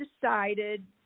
decided